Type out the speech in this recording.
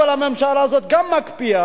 אבל הממשלה הזאת גם מקפיאה,